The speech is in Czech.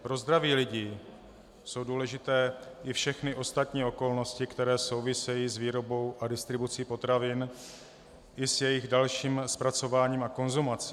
Pro zdraví lidí jsou důležité i všechny ostatní okolnosti, které souvisejí s výrobou a distribucí potravin i s jejich dalším zpracováním a konzumací.